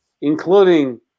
including